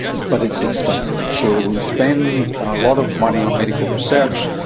but it's expensive. so we spend a lot of money on medical research,